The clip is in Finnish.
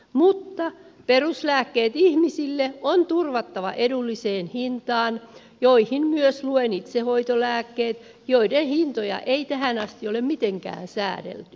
mutta ihmisille on turvattava edulliseen hintaan peruslääkkeet joihin luen myös itsehoitolääkkeet joiden hintoja ei tähän asti ole mitenkään säädelty